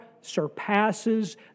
surpasses